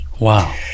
Wow